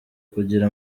kugira